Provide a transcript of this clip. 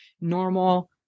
normal